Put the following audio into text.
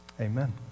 Amen